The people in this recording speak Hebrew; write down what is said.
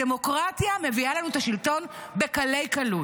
הדמוקרטיה מביאה לנו את השלטון בקלי-קלות.